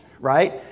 right